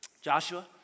Joshua